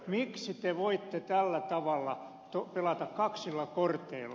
miksi te voitte tällä tavalla pelata kaksilla korteilla